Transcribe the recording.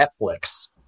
Netflix